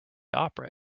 opera